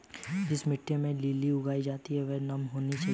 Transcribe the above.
जिस मिट्टी में लिली उगाई जाती है वह नम होनी चाहिए